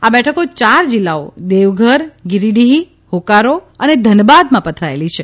આ બેઠકો ચાર જિલ્લાઓ દેવઘર ગીરીડીફ હોકારો અને ધનબાદમાં પથરાયેલી છે